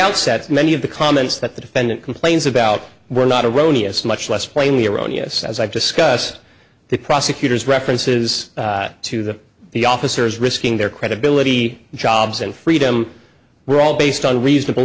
outset many of the comments that the defendant complains about were not a rony it's much less plainly erroneous as i discuss the prosecutor's references to the the officers risking their credibility jobs and freedom we're all based on reasonable